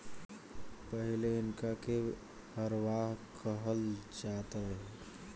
पहिले इनका के हरवाह कहल जात रहे